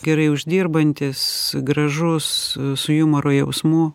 gerai uždirbantis gražus su jumoro jausmu